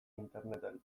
interneten